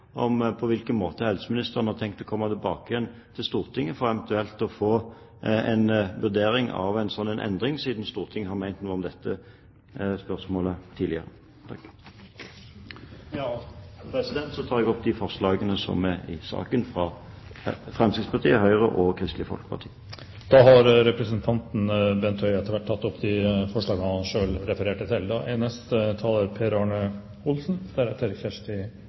på hvilken måte helseministeren har tenkt å komme tilbake til Stortinget for eventuelt å få en vurdering av en slik endring, siden Stortinget har ment noe om dette spørsmålet tidligere. Jeg tar opp forslagene fra Fremskrittspartiet, Høyre og Kristelig Folkeparti. Representanten Bent Høie har tatt opp de forslag han refererte til. Radiumhospitalet er